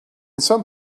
some